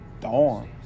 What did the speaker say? dawn